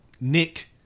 Nick